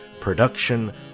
production